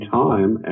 time